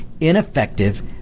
ineffective